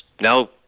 now